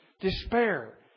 despair